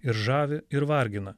ir žavi ir vargina